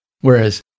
Whereas